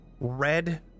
red